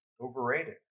overrated